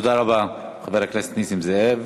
תודה רבה, חבר הכנסת נסים זאב.